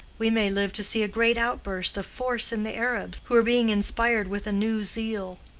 we may live to see a great outburst of force in the arabs, who are being inspired with a new zeal.